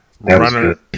Runner